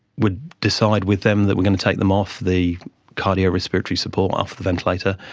would decide with them that we're going to take them off the cardiorespiratory support, off the ventilator,